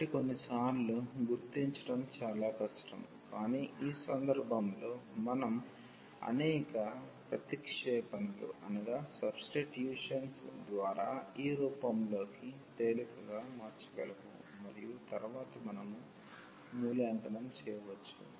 కాబట్టి కొన్నిసార్లు గుర్తించడం చాలా కష్టం కానీ ఈ సందర్భంలో మనం అనేక ప్రతిక్షేపణల ద్వారా ఈ రూపంలోకి తేలికగా మార్చగలము మరియు తరువాత మనం మూల్యాంకనం చేయవచ్చు